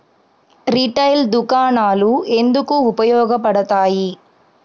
Retail దుకాణాలు ఎందుకు ఉపయోగ పడతాయి?